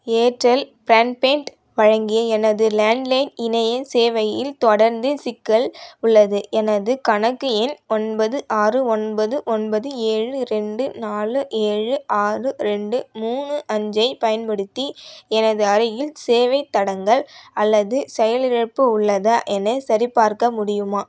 Airtel broadband வழங்கிய எனது landline இணைய சேவையில் தொடர்ந்து சிக்கல் உள்ளது எனது கணக்கு எண் ஒன்பது ஆறு ஒன்பது ஒன்பது ஏழு ரெண்டு நாலு ஏழு ஆறு ரெண்டு மூணு அஞ்சைப் பயன்படுத்தி எனது அருகில் சேவைத் தடங்கல் அல்லது செயல் இழப்பு உள்ளதா என சரிபார்க்க முடியுமா